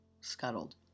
scuttled